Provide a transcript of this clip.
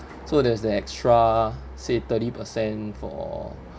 so there's the extra say thirty percent for